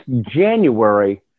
January